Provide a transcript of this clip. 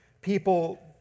people